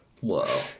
Whoa